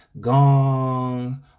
gong